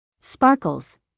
Sparkles